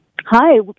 Hi